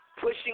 Pushing